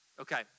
Okay